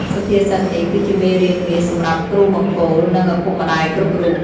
សុភាសិតនេះគឺជាមេរៀនមាសសម្រាប់គ្រូបង្គោល និងឪពុកម្ដាយគ្រប់រូប។